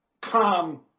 come